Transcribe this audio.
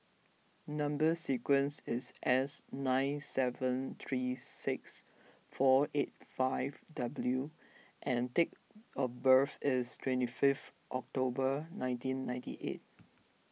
Number Sequence is S nine seven three six four eight five W and date of birth is twenty fifth October nineteen ninety eight